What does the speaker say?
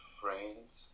friends